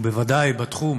ובוודאי בתחום